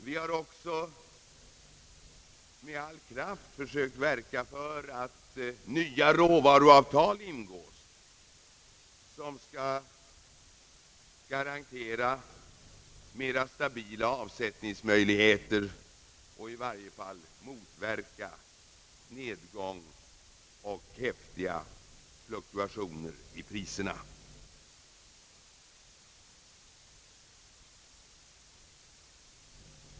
Vi har vidare med all kraft sökt verka för att nya råvaruavtal ingås vilka skall bidra till att stabilisera avsättningsmöjligheterna och i varje fall motverka nedgång och häftiga fluktuationer i priserna.